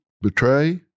betray